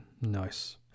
nice